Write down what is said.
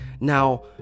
now